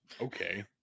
Okay